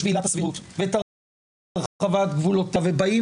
בעילת הסבירות ואת הרחבת גבולותיה ובאים